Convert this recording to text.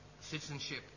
citizenship